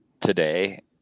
today